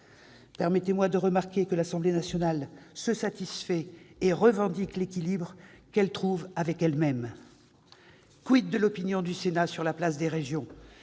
Permettez-moi de remarquer que l'Assemblée nationale se satisfait et revendique l'équilibre qu'elle trouve avec elle-même. Très bien ! de l'opinion du Sénat sur la place des régions ?